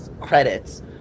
credits